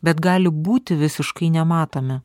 bet gali būti visiškai nematomi